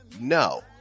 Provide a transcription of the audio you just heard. no